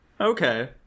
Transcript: okay